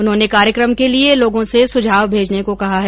उन्होंने कार्यक्रम के लिए लोगों से सुझाव भेजने को कहा है